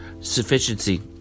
sufficiency